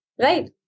right